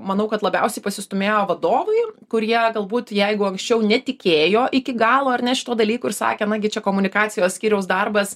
manau kad labiausiai pasistūmėjo vadovai kurie galbūt jeigu anksčiau netikėjo iki galo ar ne šituo dalyku ir sakė na gi čia komunikacijos skyriaus darbas